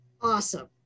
Awesome